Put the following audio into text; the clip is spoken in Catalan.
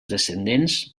descendents